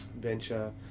venture